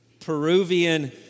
Peruvian